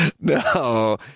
No